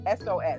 SOS